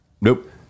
Nope